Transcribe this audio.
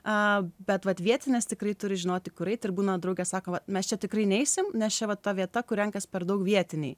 bet vat vietinės tikrai turi žinoti kur eit ir būna draugė sako va mes čia tikrai neisim nes čia va ta vieta kur renkasi per daug vietiniai